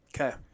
Okay